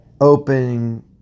opening